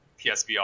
PSVR